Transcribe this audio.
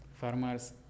Farmers